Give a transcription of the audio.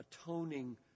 atoning